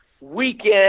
weekend